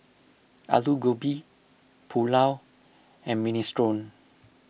Alu Gobi Pulao and Minestrone